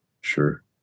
Sure